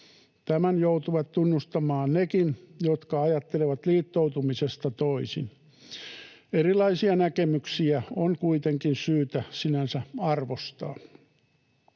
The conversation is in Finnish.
Tämän joutuvat tunnustamaan nekin, jotka ajattelevat liittoutumisesta toisin. Erilaisia näkemyksiä on kuitenkin syytä sinänsä arvostaa.